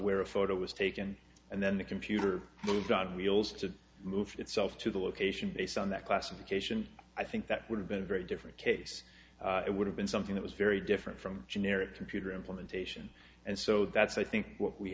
where a photo was taken and then the computer moved on wheels to move itself to the location based on that classification i think that would have been a very different case it would have been something that was very different from generic computer implementation and so that's i think what we